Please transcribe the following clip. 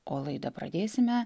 o laidą pradėsime